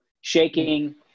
shaking